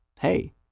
Hey